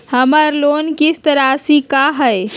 हमर लोन किस्त राशि का हई?